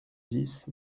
dix